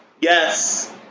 Yes